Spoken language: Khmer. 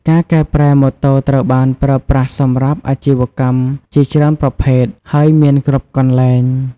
ការកែប្រែម៉ូតូត្រូវបានប្រើប្រាស់សម្រាប់អាជីវកម្មជាច្រើនប្រភេទ ហើយមានគ្រប់កន្លែង។